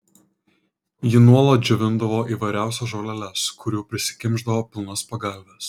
ji nuolat džiovindavo įvairiausias žoleles kurių prisikimšdavo pilnas pagalves